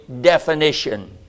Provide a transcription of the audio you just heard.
definition